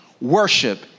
Worship